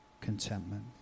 contentment